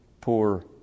poor